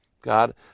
God